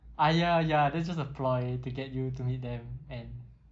ah ya ya that's just a ploy to get you to meet them and